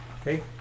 Okay